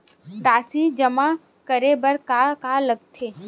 राशि जमा करे बर का का लगथे?